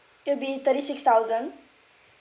it'll be thirty six thousand